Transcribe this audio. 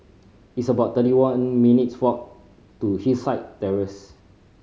it's about thirty one minutes' walk to Hillside Terrace